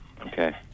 Okay